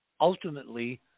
ultimately